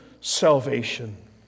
salvation